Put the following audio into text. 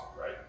right